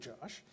Josh